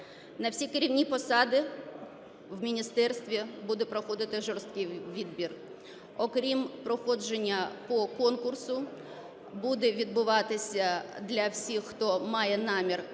На всі керівні посади в міністерстві буде проходити жорсткий відбір. Окрім проходження по конкурсу, буде відбуватися для всіх, хто має намір очолити